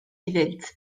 iddynt